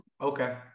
Okay